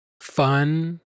fun